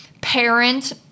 parent